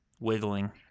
wiggling